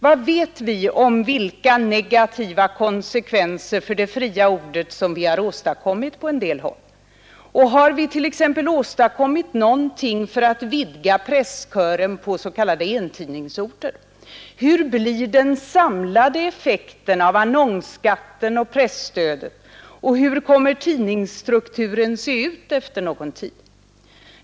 Vad vet vi om vilka negativa konsekvenser för det fria ordet som vi har åstadkommit på en del håll? Och har vi t.ex. åstadkommit någonting för att vidga presskören på s.k. entidningsorter? Hur blir den samlade effekten av annonsskatten och presstödet, och hur kommer tidningsstrukturen efter någon tid att se ut?